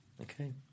Okay